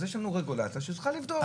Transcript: אז יש לנו רגולציה שצריכה לבדוק.